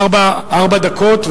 ארבע דקות.